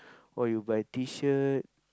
or you buy T-shirt